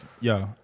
yo